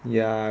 ya